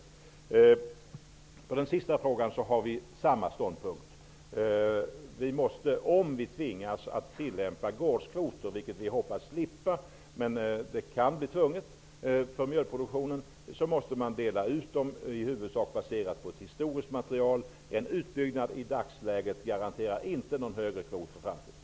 När det gäller Margareta Winbergs sista fråga har vi samma ståndpunkt. Om vi tvingas att tillämpa gårdskvoter måste de i huvudsak vara baserade på ett historiskt material. Jag hoppas att vi slipper detta, men det kan bli tvunget när det gäller mjölkproduktionen. En utbyggnad i dagsläget garanterar inte någon högre kvot i framtiden.